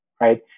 right